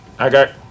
okay